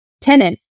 tenant